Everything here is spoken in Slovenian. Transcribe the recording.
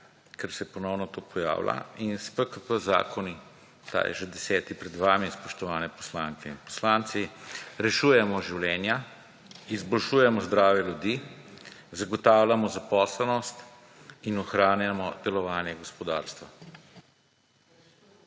Ker se ponovno to pojavlja. S PKP zakoni, ta je že 10. pred vami, spoštovane poslanke in poslanci, rešujemo življenja, izboljšujejo zdravje ljudi, zagotavljamo zaposlenost in ohranjamo delovanje gospodarstva.